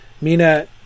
Mina